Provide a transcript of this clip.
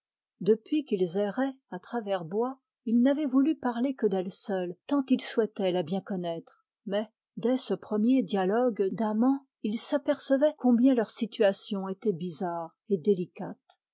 depuis qu'ils erraient à travers bois il n'avait voulu parler que d'elle seule tant il souhaitait la bien connaître mais dès ce premier dialogue d'amants il s'apercevait combien leur situation était bizarre et délicate